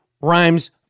rhymes